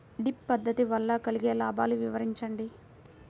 Drip పద్దతి వల్ల కలిగే లాభాలు వివరించండి?